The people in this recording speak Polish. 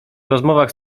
rozmowach